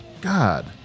God